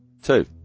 Two